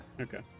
Okay